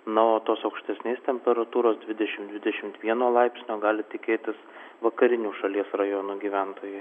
na o tos aukštesnės temperatūros dvidešimt dvidešimt vieno laipsnio gali tikėtis vakarinių šalies rajonų gyventojai